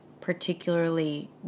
particularly